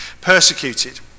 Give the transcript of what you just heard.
persecuted